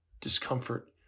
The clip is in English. discomfort